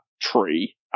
tree